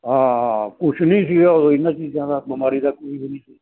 ਹਾਂ ਕੁਛ ਨਹੀਂ ਸੀਗਾ ਉਦੋਂ ਇਹਨਾਂ ਚੀਜ਼ਾਂ ਦਾ ਬਿਮਾਰੀ ਦਾ ਕੋਈ ਵੀ ਨਹੀਂ ਸੀ